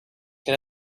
can